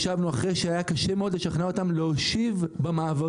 ישבנו אחרי שהיה קשה מאוד לשכנע אותם להושיב במעברים,